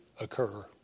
occur